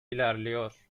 ilerliyor